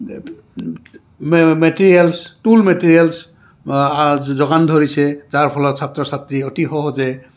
materials tool materials যোগান ধৰিছে যাৰ ফলত ছাত্ৰ ছাত্ৰীয়ে অতি সহজে